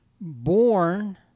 Born